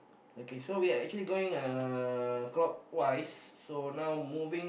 okay so we're actually going uh clockwise so now moving